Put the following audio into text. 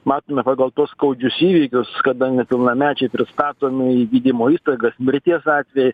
matome pagal tuos skaudžius įvykius kada nepilnamečiai pristatomi į gydymo įstaigas mirties atvejai